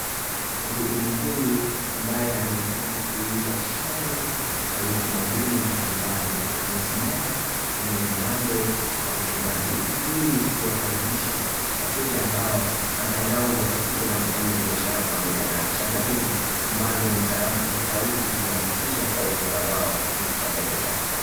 Muhudumu huyu ambaye anaonekana kuuza shanga za utamaduni mbalimbali amesimama kwenye mlango wa chumba hiki ili kuwakaribisha wateja ambao angalau watakuja na kufanya biashara pamoja naye. Shanga hizi ambazo ni za rangi tofauti zimeanikizwa kwa ubora wao ilikufanya biashara.